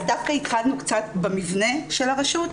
אז דווקא התחלנו קצת במבנה של הרשות.